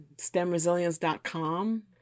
stemresilience.com